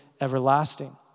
everlasting